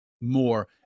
more